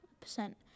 percent